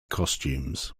costumes